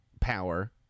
power